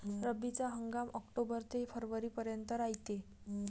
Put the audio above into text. रब्बीचा हंगाम आक्टोबर ते फरवरीपर्यंत रायते